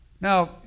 Now